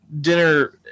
dinner